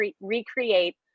recreate